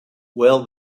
well